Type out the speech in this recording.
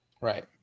Right